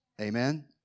Amen